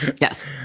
Yes